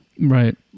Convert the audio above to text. right